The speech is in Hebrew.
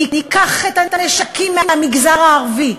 ניקח את הנשקים מהמגזר הערבי,